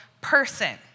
person